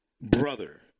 brother